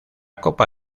copa